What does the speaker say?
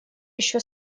еще